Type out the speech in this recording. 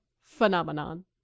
phenomenon